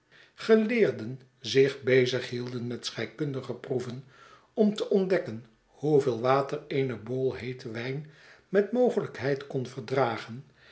geleerden zich bezig hielden met scheikundige proeven om te ontdekken hoeveel water eene bowl heeten wijn met mogelijkheid kon verdragen